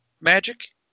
magic